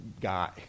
guy